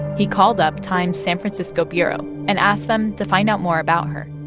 he called up time's san francisco bureau and asked them to find out more about her